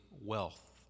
wealth